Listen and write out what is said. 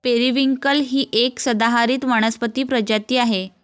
periwinkle ही एक सदाहरित वनस्पती प्रजाती आहे